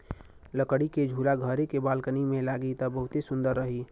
लकड़ी के झूला घरे के बालकनी में लागी त बहुते सुंदर रही